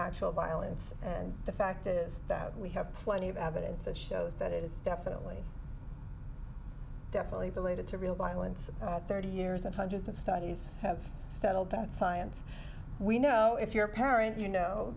actual violence and the fact is that we have plenty of evidence that shows that it is definitely definitely belated to real violence thirty years and hundreds of studies have settled that science we know if you're a parent you know